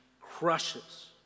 crushes